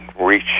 reach